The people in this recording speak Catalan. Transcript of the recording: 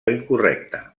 incorrecta